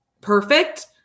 perfect